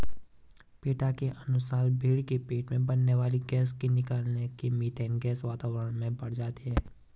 PETA के अनुसार भेंड़ के पेट में बनने वाली गैस के निकलने से मिथेन गैस वातावरण में बढ़ जाती है